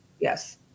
Yes